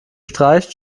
streicht